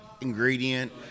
ingredient